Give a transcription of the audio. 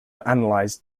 analyzed